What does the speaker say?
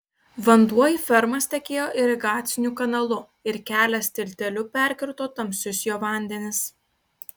vanduo į fermas tekėjo irigaciniu kanalu ir kelias tilteliu perkirto tamsius jo vandenis